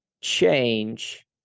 change